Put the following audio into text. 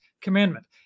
commandment